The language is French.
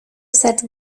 cette